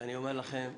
אני אומר לכם,